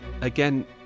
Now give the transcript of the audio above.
Again